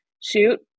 shoot